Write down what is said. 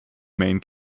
main